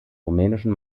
rumänischen